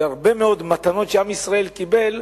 הרבה מאוד מתנות שעם ישראל קיבל,